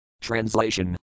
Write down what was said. Translation